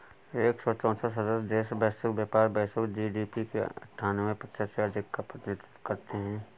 एक सौ चौसठ सदस्य देश वैश्विक व्यापार, वैश्विक जी.डी.पी के अन्ठान्वे प्रतिशत से अधिक का प्रतिनिधित्व करते हैं